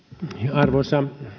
arvoisa